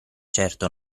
certo